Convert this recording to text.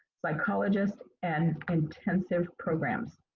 psychologists, and intensive programs.